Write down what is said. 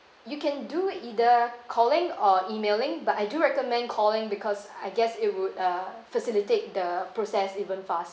you can do either calling or emailing but I do recommend calling because I guess it would uh facilitate the process even fast